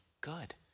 Good